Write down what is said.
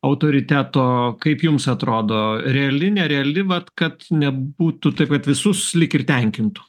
autoriteto kaip jums atrodo reali nereali vat kad nebūtų taip kad visus lyg ir tenkintų